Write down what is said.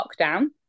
lockdown